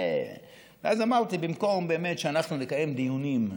אז אמרתי: במקום באמת שאנחנו נקיים דיונים,